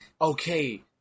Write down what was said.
okay